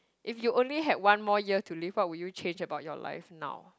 if you only had one more year to live what would you change about your life now